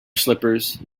slippers